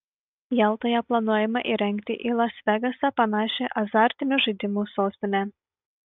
jaltoje planuojama įrengti į las vegasą panašią azartinių žaidimų sostinę